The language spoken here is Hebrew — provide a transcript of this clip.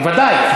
בוודאי.